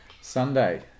Sunday